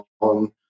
on